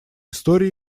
истории